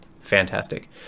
fantastic